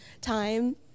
time